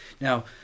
now